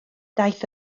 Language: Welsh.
daeth